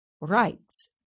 rights